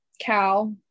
Cow